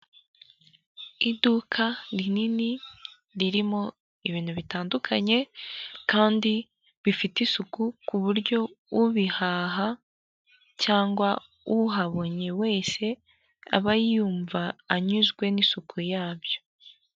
Iduka rinini ririmo ibintu bitandukanye kandi bifite isuku, ku buryo ubihaha cyangwa uhabonye wese aba yumva anyuzwe n'isuku yabyo.